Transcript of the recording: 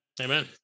amen